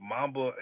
Mamba